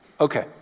Okay